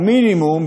המינימום,